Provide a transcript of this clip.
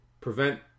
Prevent